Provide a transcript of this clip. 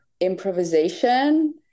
improvisation